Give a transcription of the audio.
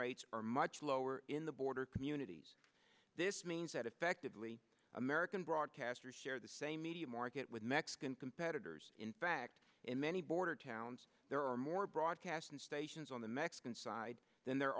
rates are much lower in the border communities this means that effectively american broadcasters share the same media market with mexican competitors in fact in many border towns there are more broadcast stations on the mexican side than there